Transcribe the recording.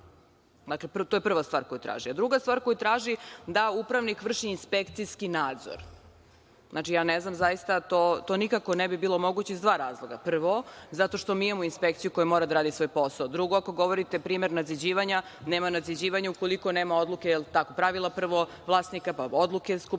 To je prva stvar koju traži. Druga stvar koju traži jeste da upravnik vrši inspekcijski nadzor. Ne znam zaista, ali to nikako ne bi bilo moguće iz dva razloga. Prvo, zato što imamo inspekciju koja mora da radi svoj posao. Drugo, ako govorite primer nadziđivanja, nema nadziđivanja ukoliko nema odluke vlasnika, pa odluke skupštine